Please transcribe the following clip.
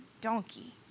donkey